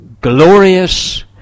glorious